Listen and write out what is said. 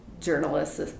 journalists